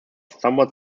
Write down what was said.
somewhat